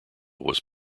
was